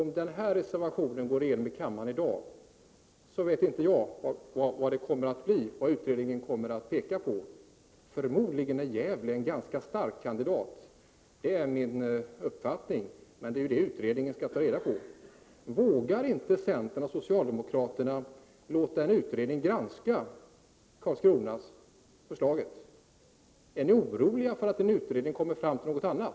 Om den här reservationen går igenom i kammaren i dag, vet inte jag vad utredningen kommer att peka på. Förmodligen är Gävle en ganska stark ”kandidat”. Det är min bedömning. Men det är ju detta som utredningen skall ta reda på. Vågar inte centern och socialdemokraterna låta en utredning granska Karlskronaförslaget? Är ni oroliga för att en utredning kommer fram till någonting annat?